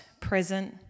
present